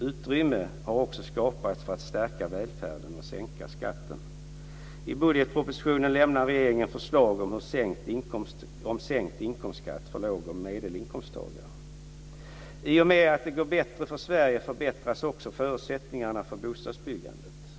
Utrymme har också skapats för att stärka välfärden och sänka skatten. I budgetpropositionen lämnar regeringen förslag om sänkt inkomstskatt för låg och medelinkomsttagare. I och med att det går bättre för Sverige förbättras också förutsättningarna för bostadsbyggandet.